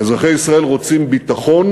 אזרחי ישראל רוצים ביטחון